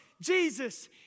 Jesus